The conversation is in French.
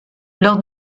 lors